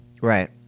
Right